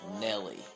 Nelly